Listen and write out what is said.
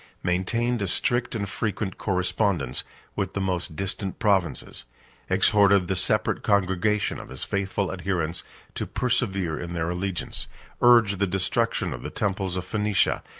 maintained a strict and frequent correspondence with the most distant provinces exhorted the separate congregation of his faithful adherents to persevere in their allegiance urged the destruction of the temples of phoenicia,